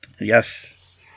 Yes